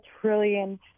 trillion